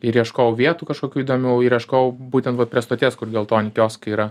ir ieškojau vietų kažkokių įdomių ir ieškojau būtent vat prie stoties kur geltoni kioskai yra